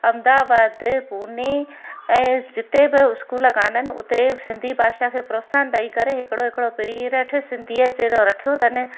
अहमदाबाद पुणे ऐं जिते बि इस्कूल कान्हनि हुते सिंधी भाषा खे प्रोत्साहन ॾेई करे हिकिड़ो हिकिड़ो पीरियड सिंधीअ जहिड़ो रखियो अथनि